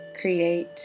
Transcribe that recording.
create